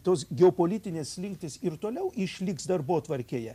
tos geopolitinės slinktys ir toliau išliks darbotvarkėje